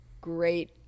great